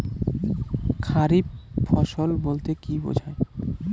খারিফ ফসল বলতে কী বোঝায়?